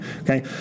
Okay